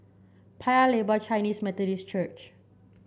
Paya Lebar Chinese Methodist Church